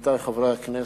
עמיתי חברי הכנסת,